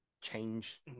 change